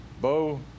Bo